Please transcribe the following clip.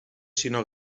sinó